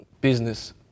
business